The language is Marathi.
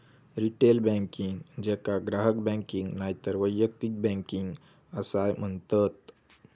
रिटेल बँकिंग, जेका ग्राहक बँकिंग नायतर वैयक्तिक बँकिंग असाय म्हणतत